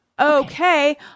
okay